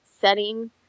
setting